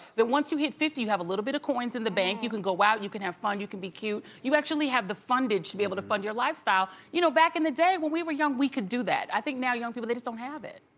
that once you hit fifty you have a little bit of coins in the bank, you can go wild, you can have fun, you can be cute. you actually have the fundage to be able to fund your lifestyle, you know back in the day when we were young we could do that, i think now young people they just don't have it,